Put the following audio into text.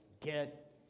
get